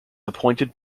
appointed